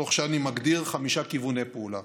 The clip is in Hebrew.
תוך שאני מגדיר חמישה כיווני פעולה: